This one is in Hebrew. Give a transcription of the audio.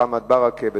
מוחמד ברכה,